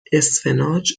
اسفناج